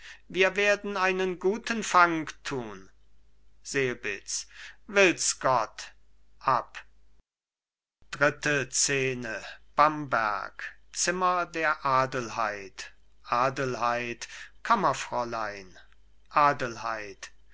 wir werden einen guten fang tun selbitz will's gott ab adelheid kammerfräulein adelheid